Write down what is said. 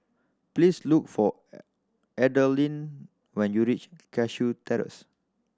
please look for Adalyn when you reach Cashew Terrace